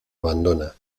abandona